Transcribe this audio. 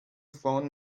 phone